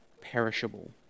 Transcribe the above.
perishable